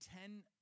ten